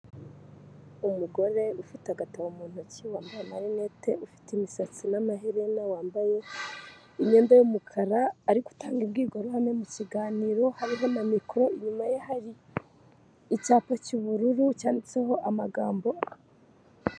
Umugore ufite agatabo mu ntoki wambaye amarinete ufite imisatsi n'amaherena wambaye imyenda y'umukara ari gutanga imbwirwaruhame mu kiganiro hariho na mikoro inyuma ye hari icyapa cy'ubururu cyanditseho amagambo.